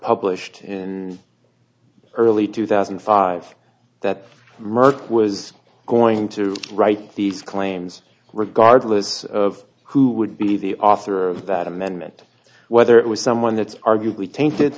published early two thousand and five that merck was going to write these claims regardless of who would be the author of that amendment whether it was someone that's arguably tainted